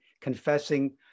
confessing